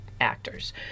actors